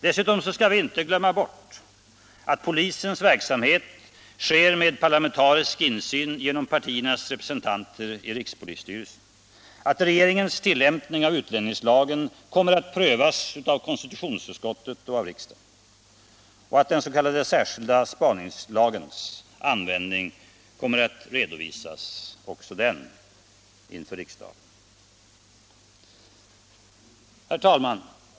Dessutom skall vi inte glömma bort att polisens verksamhet sker med parlamentarisk insyn genom partiernas representanter i rikspolisstyrelsen, att regeringens tillämpning av utlänningslagen kommer att prövas av konstitutionsutskottet och av riksdagen och att den s.k. särskilda spaningslagens användning också den redovisas inför riksdagen. Herr talman!